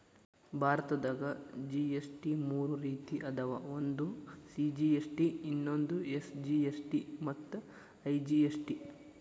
ಭಾರತದಾಗ ಜಿ.ಎಸ್.ಟಿ ಮೂರ ರೇತಿ ಅದಾವ ಒಂದು ಸಿ.ಜಿ.ಎಸ್.ಟಿ ಇನ್ನೊಂದು ಎಸ್.ಜಿ.ಎಸ್.ಟಿ ಮತ್ತ ಐ.ಜಿ.ಎಸ್.ಟಿ